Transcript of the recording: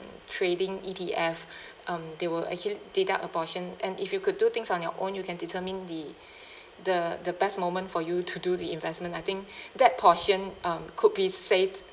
trading E_T_F um they will actually deduct a portion and if you could do things on your own you can determine the the the best moment for you to do the investment I think that portion um could be saved